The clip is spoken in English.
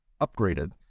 upgraded